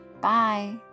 bye